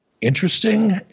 interesting